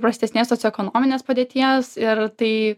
prastesnės socioekonominės padėties ir tai